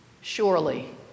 surely